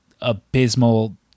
abysmal